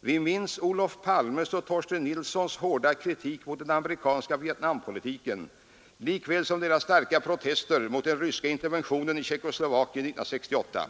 Vi minns Olof Palmes och Torsten Nilssons hårda kritik mot den amerikanska Vietnampolitiken lika väl som deras starka protest mot den ryska interventionen i Tjeckoslovakien 1968.